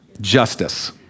justice